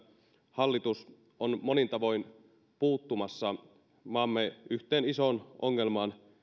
hallitus on monin tavoin puuttumassa maamme yhteen isoon ongelmaan